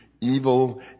evil